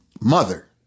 Mother